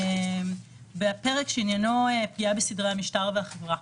בפרק שעניינו פגיעה בסדרי המשטר והחברה.